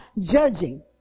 judging